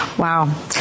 Wow